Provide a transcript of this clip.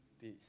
Peace